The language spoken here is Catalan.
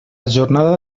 jornada